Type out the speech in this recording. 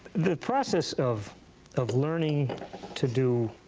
the process of of learning to do